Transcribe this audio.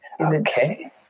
Okay